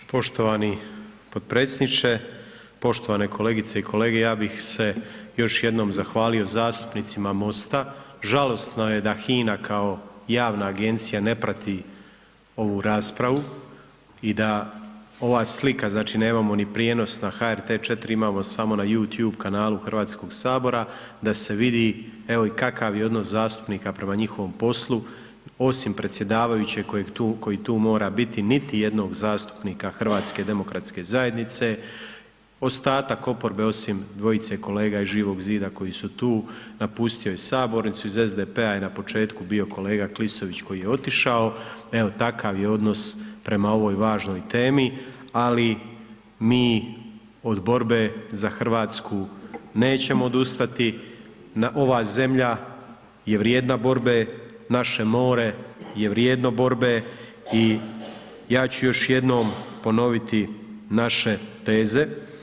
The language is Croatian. Poštovani potpredsjedniče, poštovane kolegice i kolege, ja bih se još jednom zahvalio zastupnicima MOST-a, žalosno je da HINA kao javna agencija ne prati ovu raspravu i da ova slika, znači, nemamo ni prijenos na HRT4, imamo samo na youtube kanalu HS da se vidi, evo i kakav je odnos zastupnika prema njihovom poslu, osim predsjedavajućeg koji tu mora biti, niti jednog zastupnika HDZ-a, ostatak oporbe osim dvojice kolega iz Živog Zida koji su tu, napustio je sabornicu, iz SDP-a je na početku bio kolega Klisović koji je otišao, evo takav je odnos prema ovoj važnoj temi, ali mi od borbe za RH nećemo odustati, ova zemlja je vrijedna borbe, naše more je vrijedno borbe i ja ću još jednom ponoviti naše teze.